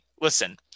listen